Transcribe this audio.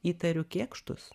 įtariu kėkštus